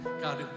God